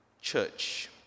church